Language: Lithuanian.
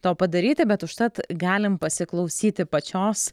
to padaryti bet užtat galim pasiklausyti pačios